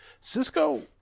Cisco